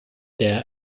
der